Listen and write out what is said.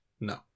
No